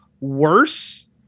worse